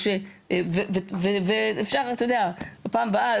ואפשר בפעם הבאה,